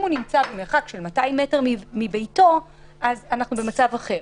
אם הוא נמצא במרחק של 200 מטר מביתו זה כבר מצב אחר.